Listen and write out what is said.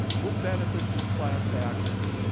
who benefits from class actions?